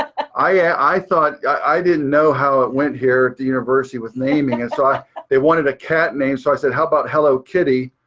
i thought. i didn't know how it went here at the university with naming and so they wanted a cat name. so i said, how about hello kitty?